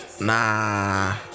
Nah